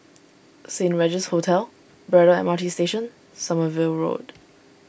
Saint Regis Hotel Braddell M R T Station Sommerville Road